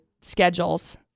schedules